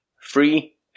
Free